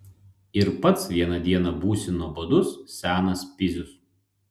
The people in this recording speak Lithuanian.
ir pats vieną dieną būsi nuobodus senas pizius